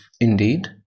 indeed